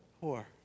Poor